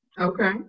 okay